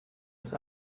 ist